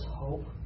hope